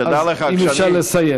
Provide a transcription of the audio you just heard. תדע לך, תמיד, אז אם אפשר לסיים.